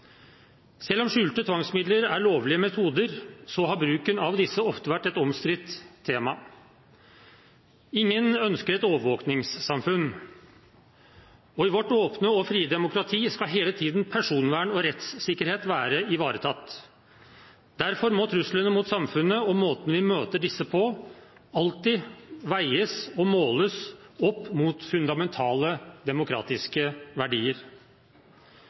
Selv om skjulte tvangsmidler er lovlige metoder, har bruken av disse ofte vært et omstridt tema. Ingen ønsker et overvåkingssamfunn, og i vårt åpne og frie demokrati skal hele tiden personvern og rettssikkerhet være ivaretatt. Derfor må truslene mot samfunnet og måten vi møter disse på, alltid veies og måles opp mot fundamentale demokratiske verdier.